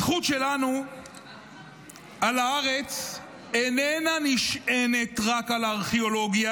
הזכות שלנו על הארץ איננה נשענת רק על ארכיאולוגיה.